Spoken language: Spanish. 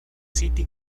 city